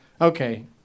Okay